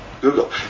Google